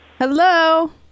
Hello